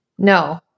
No